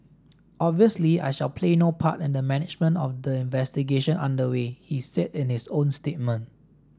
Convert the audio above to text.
obviously I shall play no part in the management of the investigation under way he said in his own statement